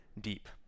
deep